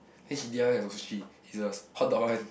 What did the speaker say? then she D I Y her sushi it's the hotdog one